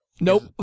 Nope